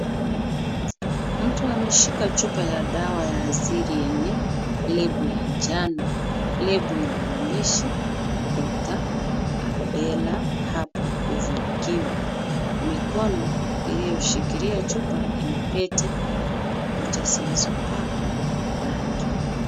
Mtu ameshika chupa ya dawa ya asili yenye lebo ya njano. Lebo ina maandishi Dr . Abdellah Herbal Covid- Cure . Mikono iliyoshikilia chupa ina pete na kucha zilizopakwa rangi.